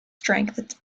strength